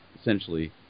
essentially